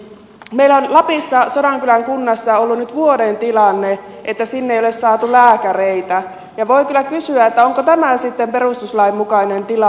meillä on lapissa sodankylän kunnassa ollut nyt vuoden tilanne että sinne ei ole saatu lääkäreitä ja voi kyllä kysyä onko tämä sitten perustuslain mukainen tilanne